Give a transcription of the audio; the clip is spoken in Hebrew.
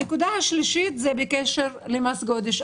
הנקודה השלישית היא זה בקשר למס גודש.